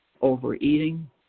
overeating